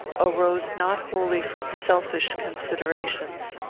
arose not wholly from selfish considerations.